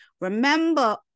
Remember